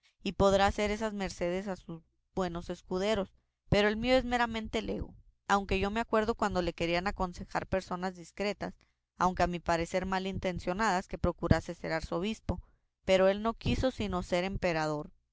y podrá hacer esas mercedes a sus buenos escuderos pero el mío es meramente lego aunque yo me acuerdo cuando le querían aconsejar personas discretas aunque a mi parecer mal intencionadas que procurase ser arzobispo pero él no quiso sino ser emperador